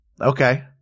Okay